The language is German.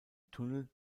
tunnel